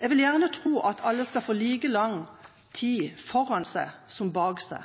Jeg vil gjerne tro at alle skal få like lang tid foran seg som bak seg,